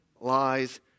lies